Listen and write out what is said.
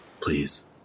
Please